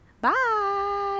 bye